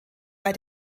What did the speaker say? bei